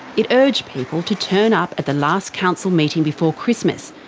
it urged people to turn up at the last council meeting before christmas,